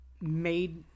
made